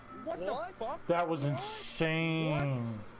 um that was insane